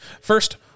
First